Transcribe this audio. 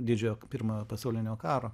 didžiojo pirmojo pasaulinio karo